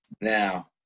now